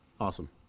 Awesome